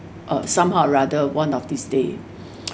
uh somehow or rather one of these days